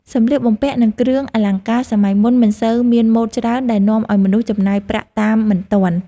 សម្លៀកបំពាក់និងគ្រឿងអលង្ការសម័យមុនមិនសូវមានម៉ូដច្រើនដែលនាំឱ្យមនុស្សចំណាយប្រាក់តាមមិនទាន់។